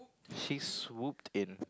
she swooped in